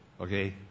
okay